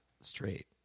straight